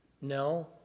No